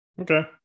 Okay